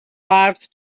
lives